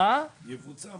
אבל לא רק.